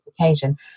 occasion